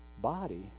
body